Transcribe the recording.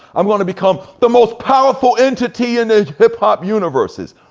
i'm gonna become the most powerful entity in the hip hop universes.